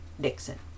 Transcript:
Dixon